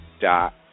dot